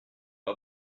pas